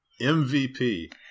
MVP